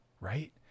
right